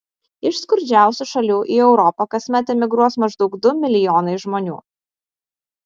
iš skurdžiausių šalių į europą kasmet emigruos maždaug du milijonai žmonių